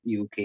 UK